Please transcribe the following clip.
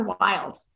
wild